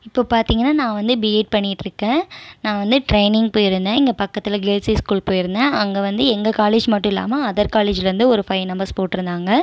இப்போ பார்த்திங்கன்னா நான் வந்து பிஎட் பண்ணிட்டு இருக்கேன் நான் வந்து ட்ரைனிங் போயிருந்தேன் இங்கே பக்கத்தில் கேள்ஸ் ஹை ஸ்கூல் போயிருந்தேன் அங்கே வந்து எங்கள் காலேஜ் மட்டும் இல்லாமல் அதர் காலேஜ்லேருந்து ஒரு ஃபைவ் நம்பர்ஸ் போட்டிருந்தாங்க